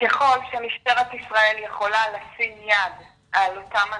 ככל שמשטרת ישראל יכולה לשים יד על אותם אנשים,